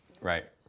Right